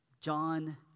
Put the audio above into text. John